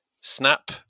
Snap